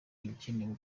ibikenewe